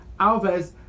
Alves